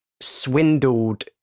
swindled